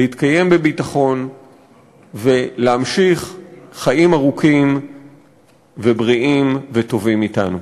להתקיים בביטחון ולהמשיך חיים ארוכים ובריאים וטובים אתנו.